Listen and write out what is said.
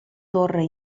torre